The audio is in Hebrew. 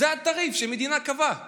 זה התעריף שמדינה קבעה